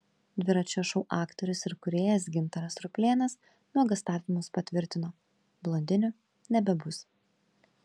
dviračio šou aktorius ir kūrėjas gintaras ruplėnas nuogąstavimus patvirtino blondinių nebebus